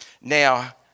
Now